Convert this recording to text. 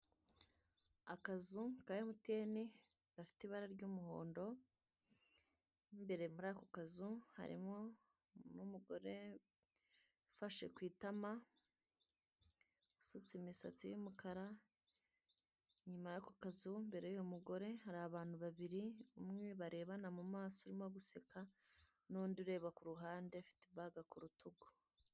Akazu ka emutiyeni gafite ibara ry'umuhondo, mu imbere muri ako kazu harimo umuntu w'umugore ufashe ku itama, usutse imisatsi y'umukara. Inyuma y'ako kazu imbere y'uwo mugore, hari abantu babiri umwe barebana mu maso urimo guseka n'undi ureba ku ruhande ufite ibaga ku rutugu.